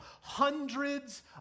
Hundreds